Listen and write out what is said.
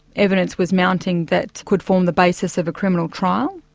evidence was mounting that could form the basis of a criminal trial.